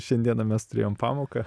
šiandieną mes turėjom pamoką